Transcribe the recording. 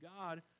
God